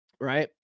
right